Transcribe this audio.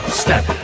step